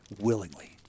willingly